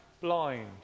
blind